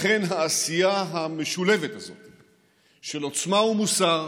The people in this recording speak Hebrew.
לכן, העשייה המשולבת הזאת של עוצמה ומוסר,